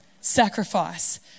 sacrifice